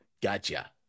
Gotcha